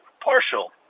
Partial